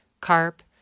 Carp